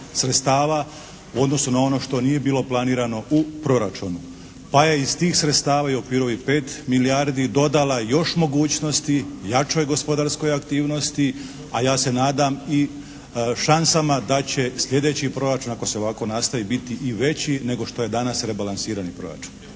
sredstava u odnosu na ono što nije bilo planirano u proračunu, pa je iz tih sredstava i u okviru ovih 5 milijardi dodala još mogućnosti, jačoj gospodarskoj aktivnosti, a ja se nadam i šansama da će sljedeći proračun ako se ovako nastavi biti i veći nego što je danas rebalansirani proračun.